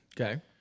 Okay